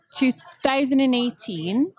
2018